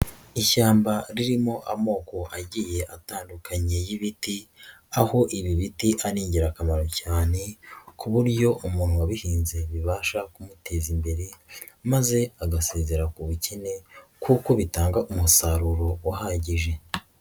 Ishyamba ririmo amoko agiye atandukanye y'ibiti, aho ibi biti ari ingirakamaro cyane ku buryo umuntu wa wabihinze bibasha kumuteza imbere maze agasezera ku bukene kuko bitanga umusaruro uhagije.